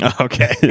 okay